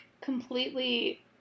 completely